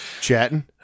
Chatting